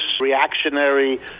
reactionary